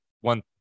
one